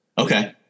Okay